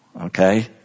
Okay